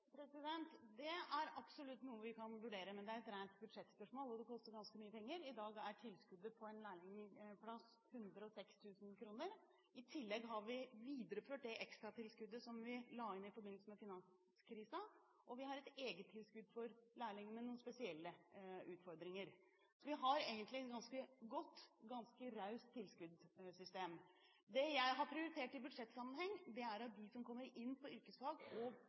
Det er absolutt noe vi kan vurdere, men det er et rent budsjettspørsmål, og det koster ganske mye penger. I dag er tilskuddet til en lærlingplass 106 000 kr. I tillegg har vi videreført det ekstratilskuddet som vi la inn i forbindelse med finanskrisen, og vi har et eget tilskudd for lærlinger med noen spesielle utfordringer. Så vi har egentlig et ganske godt, ganske raust tilskuddssystem. Det jeg har prioritert i budsjettsammenheng, er at de som kommer inn på yrkesfag og